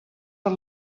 per